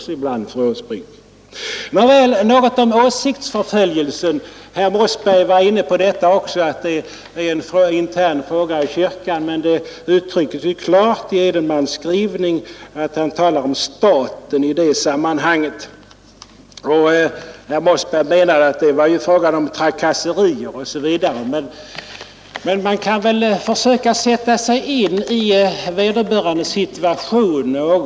Så något om åsiktsförföljelse! Herr Mossberg var inne på att detta är en intern fråga för kyrkan, men i Edenmans skrivning talas det klart om staten. Herr Mossberg menade att det var fråga om trakasserier, men man bör väl försöka sätta sig in i vederbörandes situation.